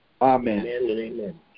Amen